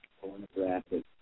pornographic